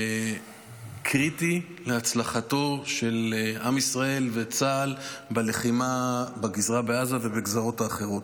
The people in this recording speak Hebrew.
שקריטי להצלחתו של עם ישראל וצה"ל בלחימה בגזרה בעזה ובגזרות האחרות.